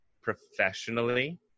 professionally